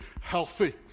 healthy